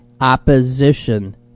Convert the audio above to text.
opposition